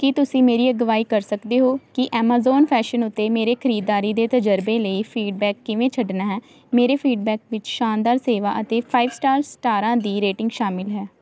ਕੀ ਤੁਸੀਂ ਮੇਰੀ ਅਗਵਾਈ ਕਰ ਸਕਦੇ ਹੋ ਕਿ ਐਮਾਜ਼ਾਨ ਫੈਸ਼ਨ ਉੱਤੇ ਮੇਰੇ ਖਰੀਦਦਾਰੀ ਦੇ ਤਜਰਬੇ ਲਈ ਫੀਡਬੈਕ ਕਿਵੇਂ ਛੱਡਣਾ ਹੈ ਮੇਰੇ ਫੀਡਬੈਕ ਵਿੱਚ ਸ਼ਾਨਦਾਰ ਸੇਵਾ ਅਤੇ ਫਾਈਵ ਸਟਾਰ ਸਟਾਰਾਂ ਦੀ ਰੇਟਿੰਗ ਸ਼ਾਮਲ ਹੈ